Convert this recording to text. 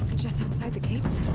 just outside the gates?